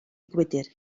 gwydr